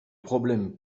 problème